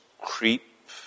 creep